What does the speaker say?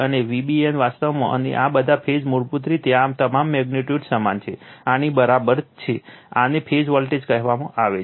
હવે Vbn વાસ્તવમાં અને આ બધા ફેઝ મૂળભૂત રીતે આ તમામ મેગ્નિટ્યુડ સમાન છે આની બરાબર આ છે આને ફેઝ વોલ્ટેજ કહેવાય છે